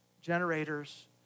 generators